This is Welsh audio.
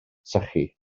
sychu